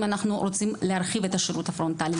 אנחנו רוצים להרחיב את השירות הפרונטלי,